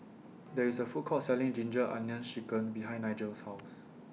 There IS A Food Court Selling Ginger Onions Chicken behind Nigel's House